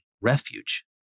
refuge